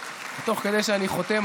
(חותם על ההצהרה) תוך כדי שאני חותם,